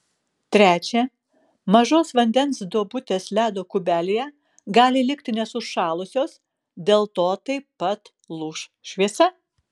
trečia mažos vandens duobutės ledo kubelyje gali likti nesušalusios dėl to taip pat lūš šviesa